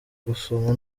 gusoma